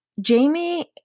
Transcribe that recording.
Jamie